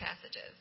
passages